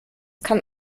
kann